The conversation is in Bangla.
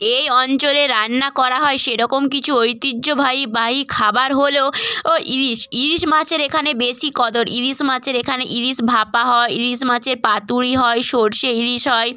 এই অঞ্চলে রান্না করা হয় সেরকম কিছু ঐতিহ্যবাহী বাহী খাবার হলো ও ইলিশ ইলিশ মাছের এখানে বেশি কদর ইলিশ মাছের এখানে ইলিশ ভাপা হয় ইলিশ মাছের পাতুরি হয় সর্ষে ইলিশ হয়